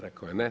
Rekao je ne.